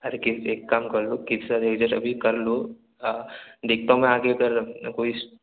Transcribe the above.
अरे एक काम कर लो कि सारे इधर अभी कर लो देखता हूँ मैं आगे अगर कोई